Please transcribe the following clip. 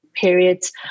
periods